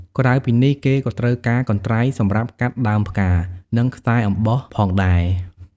ក្រៅពីនេះ គេក៏ត្រូវការកន្ត្រៃសម្រាប់កាត់ដើមផ្កា និងខ្សែអំបោះផងដែរ។